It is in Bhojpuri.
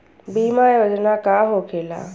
बीमा योजना का होखे ला?